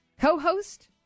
co-host